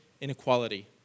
inequality